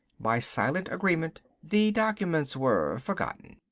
by silent agreement the documents were forgotten.